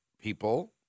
people